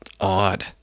odd